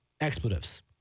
expletives